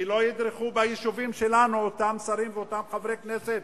כי לא ידרכו ביישובים שלנו אותם שרים ואותם חברי כנסת,